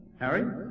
Harry